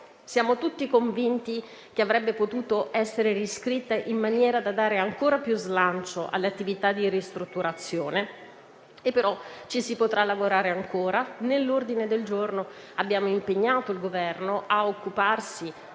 siamo tutti convinti che avrebbe potuto essere riscritta in maniera da dare ancora più slancio alle attività di ristrutturazione. Ci si potrà lavorare ancora. Nell'ordine del giorno abbiamo impegnato il Governo a occuparsi